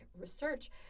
research